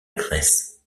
grèce